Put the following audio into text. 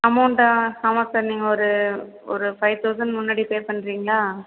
அமௌண்ட்டா ஆமாம் சார் நீங்கள் ஒரு ஒரு ஃபை தௌசண்ட் முன்னாடி பே பண்ணுறீங்ளா